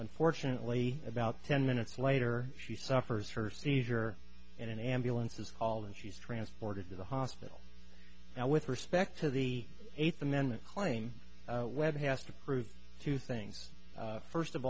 unfortunately about ten minutes later she suffers for seizure in an ambulance is called and she's transported to the hospital now with respect to the eighth amendment claim webb has to prove two things first of